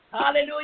hallelujah